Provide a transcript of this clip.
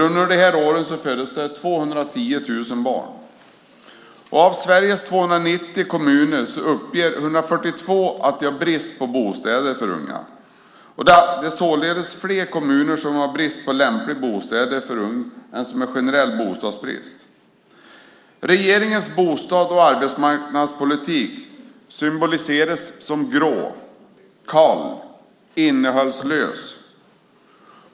Under de här åren föddes 210 000 barn. Av Sveriges 290 kommuner uppger 142 att de har brist på bostäder för unga. Det är således fler kommuner som har brist på lämpliga bostäder för unga än som har generell bostadsbrist. Regeringens bostads och arbetsmarknadspolitik symboliseras som grå, kall och innehållslös.